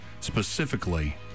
specifically